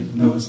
no